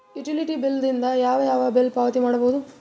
Utility bill ದಿಂದ ಯಾವ ಯಾವ ಬಿಲ್ ಪಾವತಿ ಮಾಡಬಹುದು?